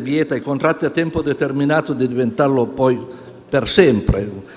vieta ai contratti a tempo determinato di diventare poi a tempo indeterminato.